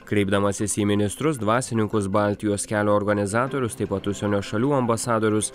kreipdamasis į ministrus dvasininkus baltijos kelio organizatorius taip pat užsienio šalių ambasadorius